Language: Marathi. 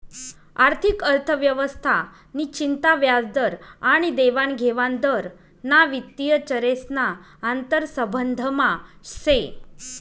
आर्थिक अर्थव्यवस्था नि चिंता व्याजदर आनी देवानघेवान दर ना वित्तीय चरेस ना आंतरसंबंधमा से